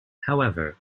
however